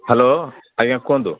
hello ଆଜ୍ଞା କୁହନ୍ତୁ